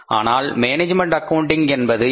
ஆனால் management accounting என்பது என்ன